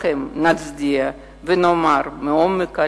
לכם נצדיע ונאמר מעומק הלב: